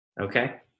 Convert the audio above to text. Okay